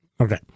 okay